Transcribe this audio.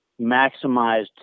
maximized